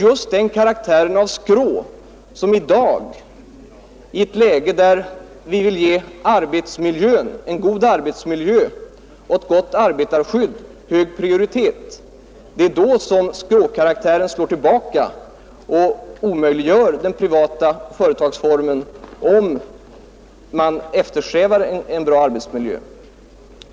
Men i dag, i ett läge där vi vill ge en god arbetsmiljö och ett gott arbetarskydd hög prioritet, slår just skråkaraktären tillbaka och omöjliggör den privata företagsformen, om man eftersträvar en bra arbetsmiljö.